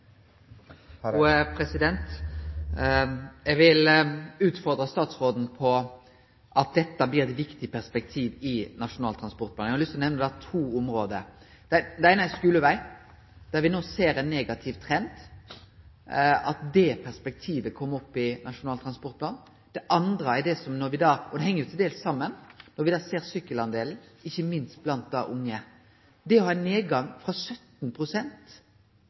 Eg vil utfordre statsråden på at dette blir eit viktig perspektiv i Nasjonal transportplan. Eg har lyst til å nemne to område. Det eine er skuleveg, der me no ser ein negativ trend. Det perspektivet må kome opp i Nasjonal transportplan. Det andre er, og det heng jo til dels saman, at me ser at talet på syklistar, ikkje minst blant unge, viser ein nedgang – frå